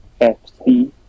FC